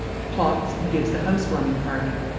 plots and gives the house-warming party,